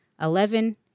eleven